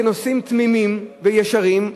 כנוסעים תמימים וישרים,